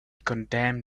condemned